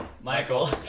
Michael